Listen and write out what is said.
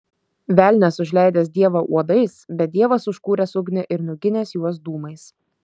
velnias užleidęs dievą uodais bet dievas užkūręs ugnį ir nuginęs juos dūmais